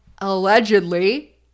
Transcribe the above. allegedly